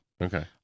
Okay